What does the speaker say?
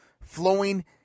flowing